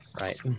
Right